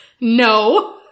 No